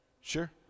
Sure